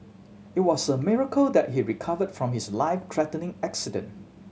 it was a miracle that he recovered from his life threatening accident